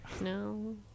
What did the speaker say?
No